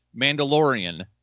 Mandalorian